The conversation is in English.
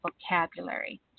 vocabulary